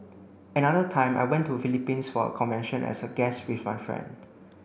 another time I went to Philippines for a convention as a guest with my friend